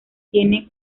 tienen